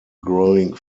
growing